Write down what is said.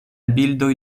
bildoj